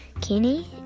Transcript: Kenny